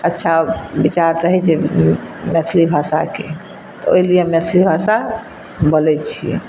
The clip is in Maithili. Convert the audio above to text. अच्छा बिचार रहै छै मैथिली भाषाके तऽ ओहिलिए मैथिली भाषा बोलैत छियै